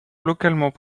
localement